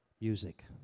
music